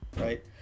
right